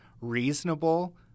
reasonable